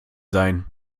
sein